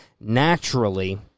naturally